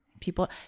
people